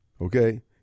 Okay